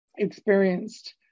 experienced